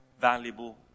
valuable